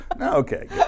Okay